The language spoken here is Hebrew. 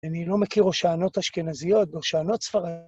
אני לא מכיר הושענות אשכנזיות, הושענות ספרדית.